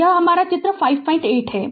तो यह हमारा चित्र 58 है